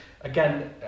again